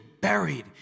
buried